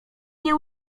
nie